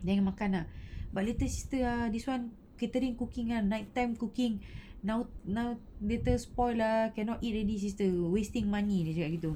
then you makan ah but later sister ah this one catering cooking ah night time cooking now now later spoil lah cannot eat already sister wasting money dia cakap begitu